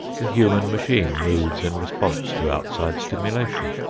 the human machine moves in response to outside stimulation.